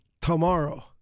tomorrow